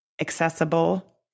accessible